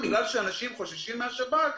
בגלל שאנשים חוששים מהשב"כ,